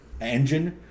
engine